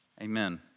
Amen